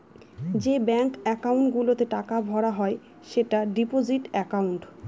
যে bank account গুলোতে টাকা ভরা হয় সেটা ডিপোজিট একাউন্ট